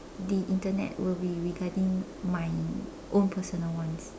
the Internet will be regarding my own personal ones